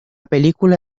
película